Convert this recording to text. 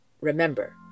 remember